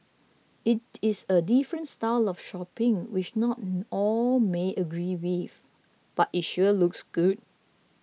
it is a different style of shopping which not all may agree with but it sure looks good